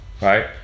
right